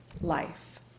life